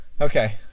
Okay